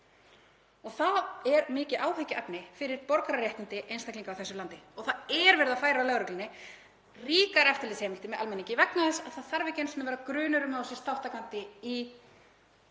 Það er mikið áhyggjuefni fyrir borgararéttindi einstaklinga í þessu landi og það er verið að færa lögreglunni ríkar eftirlitsheimildir með almenningi vegna þess að það þarf ekki einu sinni að vera grunur um að þú sért þátttakandi í